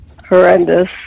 horrendous